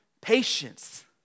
patience